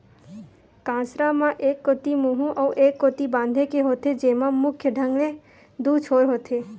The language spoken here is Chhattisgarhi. कांसरा म एक कोती मुहूँ अउ ए कोती बांधे के होथे, जेमा मुख्य ढंग ले दू छोर होथे